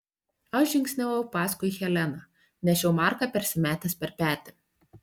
aš žingsniavau paskui heleną nešiau marką persimetęs per petį